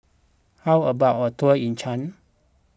how about a tour in Chad